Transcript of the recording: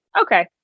okay